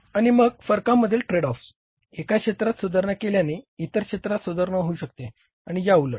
आणि मग फरकांमधील ट्रेड ऑफ्स एका क्षेत्रात सुधारणा केल्याने इतर क्षेत्रात सुधारणा होऊ शकते आणि या उलट